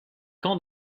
camps